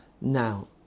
now